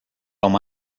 oma